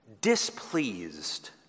displeased